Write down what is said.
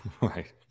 Right